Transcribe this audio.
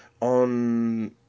on